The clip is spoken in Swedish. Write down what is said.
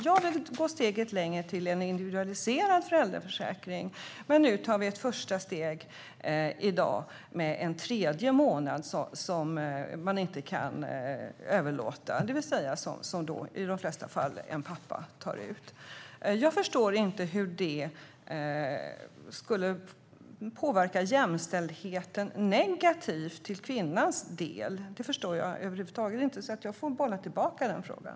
Jag vill gå ett steg längre, till en individualiserad föräldraförsäkring, men nu tar vi ett första steg med en tredje månad som man inte kan överlåta och som i de flesta fall en pappa tar ut. Jag förstår över huvud taget inte hur det skulle påverka jämställdheten negativt för kvinnans del, så jag får bolla tillbaka frågan.